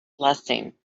blessing